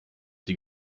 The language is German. die